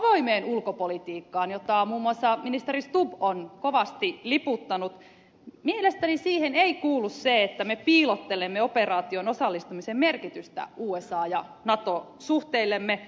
avoimeen ulkopolitiikkaan jota muun muassa ministeri stubb on kovasti liputtanut mielestäni ei kuulu se että me piilottelemme operaatioon osallistumisen merkitystä usa ja nato suhteillemme